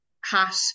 hat